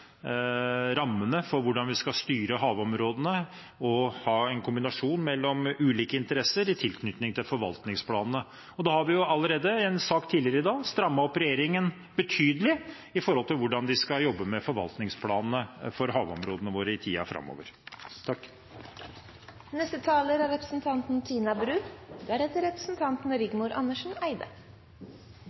rammene for hvordan vi skal styre havområdene og ha en kombinasjon mellom ulike interesser i tilknytning til forvaltningsplanene. Vi har jo allerede, i en sak tidligere i dag, strammet opp regjeringen betydelig med tanke på hvordan de skal jobbe med forvaltningsplanene for havområdene våre i tiden framover.